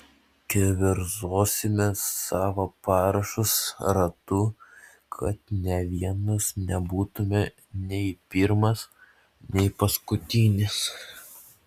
keverzosime savo parašus ratu kad nė vienas nebūtume nei pirmas nei paskutinis